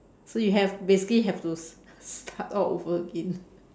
so you have basically have to st~ start all over again